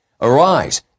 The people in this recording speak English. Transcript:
Arise